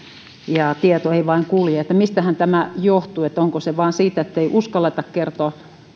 tieto ei vain kulje mistähän tämä johtuu onko se vain sitä ettei uskalleta kertoa